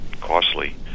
costly